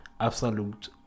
absolute